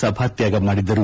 ಸಭಾತ್ವಾಗ ಮಾಡಿದರು